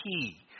key